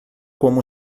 como